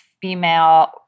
female